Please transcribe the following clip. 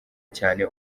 cyane